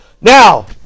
Now